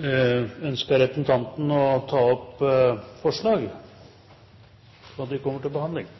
Ønsker representanten å ta opp forslag, slik at de kommer til behandling?